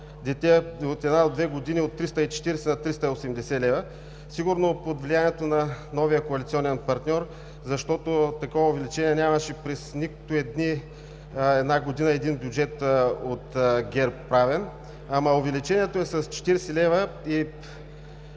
дете от една до две години от 340 на 380 лв., сигурно под влиянието на новия коалиционен партньор, защото такова увеличение нямаше през нито една година, в нито един бюджет, правен от ГЕРБ. Ама увеличението е с 40 лв.